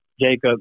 Jacob